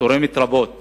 תורם רבות